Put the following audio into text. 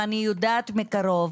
אני יודעת מקרוב.